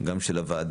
גם של הוועדה,